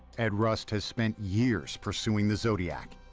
ed rust has spent years pursuing the zodiac.